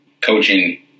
coaching